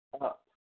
up